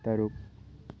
ꯇꯔꯨꯛ